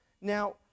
Now